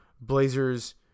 Blazers